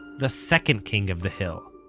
the second king of the hill,